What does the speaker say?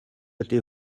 ydy